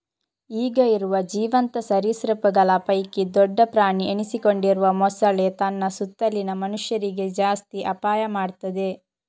ಈಗ ಇರುವ ಜೀವಂತ ಸರೀಸೃಪಗಳ ಪೈಕಿ ದೊಡ್ಡ ಪ್ರಾಣಿ ಎನಿಸಿಕೊಂಡಿರುವ ಮೊಸಳೆ ತನ್ನ ಸುತ್ತಲಿನ ಮನುಷ್ಯರಿಗೆ ಜಾಸ್ತಿ ಅಪಾಯ ಮಾಡ್ತದೆ